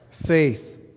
faith